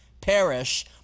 perish